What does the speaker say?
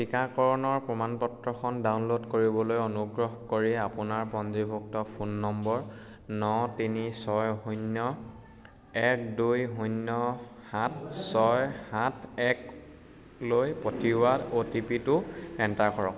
টীকাকৰণৰ প্ৰমাণ পত্ৰখন ডাউনলোড কৰিবলৈ অনুগ্ৰহ কৰি আপোনাৰ পঞ্জীভুক্ত ফোন নম্বৰ ন তিনি ছয় শূন্য এক দুই শূন্য সাত ছয় সাত একলৈ পঠিওৱা অ' টি পি টো এণ্টাৰ কৰক